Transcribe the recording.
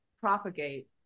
propagate